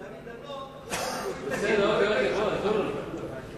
דני דנון, התנגד.